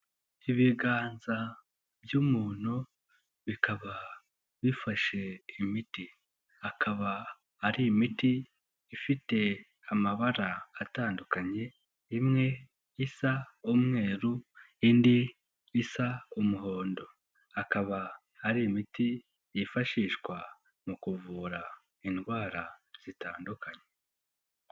Ibiganza by'umuntu bikaba bifashe imiti. Akaba ari imiti ifite amabara atandukanye, imwe isa umweru, indi isa umuhondo. Ikaba ari imiti yifashishwa mu kuvura indwara zitandukanye.